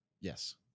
Yes